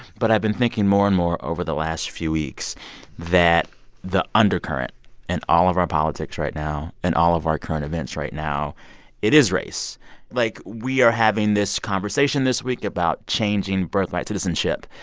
but i've been thinking more and more over the last few weeks that the undercurrent in all of our politics right now, in and all of our current events right now it is race like, we are having this conversation this week about changing birthright citizenship.